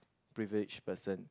privileged person